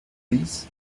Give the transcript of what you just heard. these